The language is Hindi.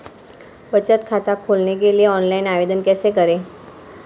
बचत खाता खोलने के लिए ऑनलाइन आवेदन कैसे करें?